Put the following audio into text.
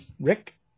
rick